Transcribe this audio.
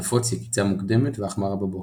נפוץ יקיצה מוקדמת והחמרה בבוקר.